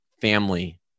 family